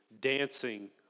dancing